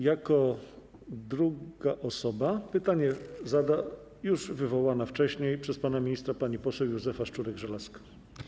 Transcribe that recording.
Jako druga osoba pytanie zada już wywołana wcześniej przez pana ministra pani poseł Józefa Szczurek-Żelazko.